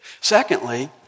Secondly